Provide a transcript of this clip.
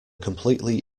completely